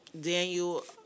Daniel